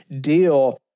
deal